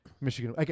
Michigan